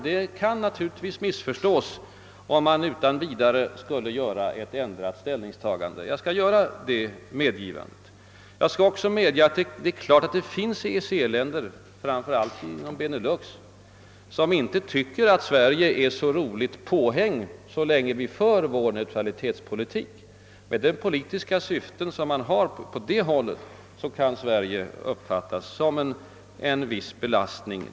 Det kan naturligtvis missförstås om man utan vidare skulle redovisa ett ändrat ställningstagande. Jag skall också medge att det är klart att det finns EEC-länder — framför allt inom Benelux — som inte tycker att Sverige är något roligt påhäng, så länge vi för vår neutralitetspolitik. Med de politiska syften som man har på det hållet kan Sverige uppfattas som en viss belastning.